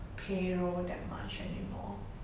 payroll that much anymore